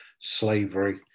slavery